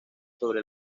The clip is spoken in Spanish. sobre